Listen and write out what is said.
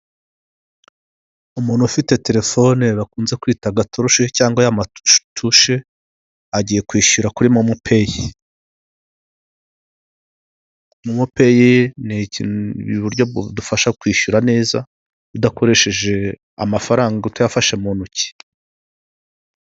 Umuntu ufite terefone bakunze kwita gatoroshi cyangwa y'amatushe agiye kwishyura kuri MomoPay, MomoPay ni iki, ni uburyo budufasha kwishyura neza udakoresheje amafaranga utayafashe mu ntoki.